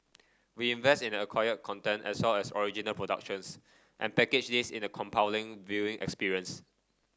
we invest in acquired content as well as original productions and package this in a compelling viewing experience